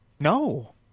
No